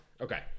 okay